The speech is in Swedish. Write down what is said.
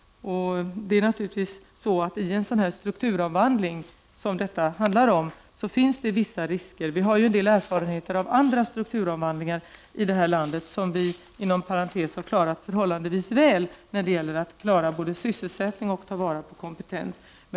I en strukturomvandling som det här handlar om finns det vissa risker. Vi har ju erfarenheter av andra strukturomvandlingar här i landet, som vi inom parentes sagt har klarat förhållandevis väl i vad gäller sysselsättning och tillvaratagande av kompetens.